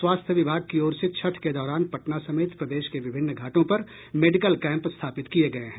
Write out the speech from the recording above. स्वास्थ्य विभाग की ओर से छठ के दौरान पटना समेत प्रदेश के विभिन्न घाटों पर मेडिकल कैंप स्थापित किये गए हैं